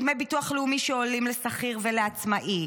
דמי ביטוח לאומי שעולים לשכיר ולעצמאי,